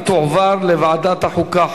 היא תועבר לוועדת החוקה,